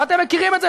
ואתם מכירים את זה,